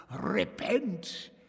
repent